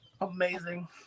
amazing